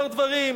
כמה דברים.